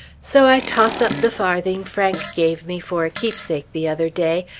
so i toss up the farthing frank gave me for a keepsake the other day,